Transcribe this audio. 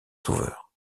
sauveur